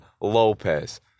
Lopez